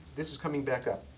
this is coming back up.